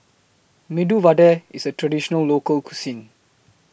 Medu Vada IS A Traditional Local Cuisine